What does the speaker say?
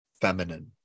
Feminine